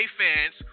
fans